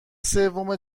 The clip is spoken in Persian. سوم